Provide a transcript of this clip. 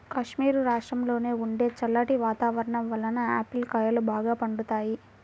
కాశ్మీరు రాష్ట్రంలో ఉండే చల్లటి వాతావరణం వలన ఆపిల్ కాయలు బాగా పండుతాయి